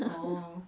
orh